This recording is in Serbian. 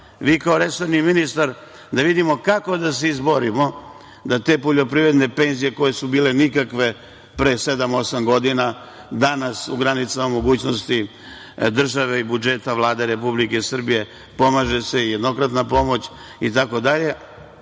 kao resorni ministar, da vidimo kako da se izborimo da te poljoprivredne penzije koje su bile nikakve pre sedam, osam godina, danas u granicama mogućnosti države i budžeta Vlade Republike Srbije, pomaže se, jednokratna pomoć itd,